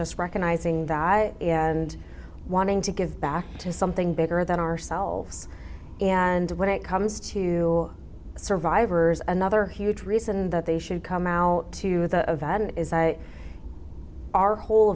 just recognizing that and wanting to give back to something bigger than ourselves and when it comes to survivors another huge reason that they should come out to the event is i our whole